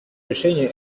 решению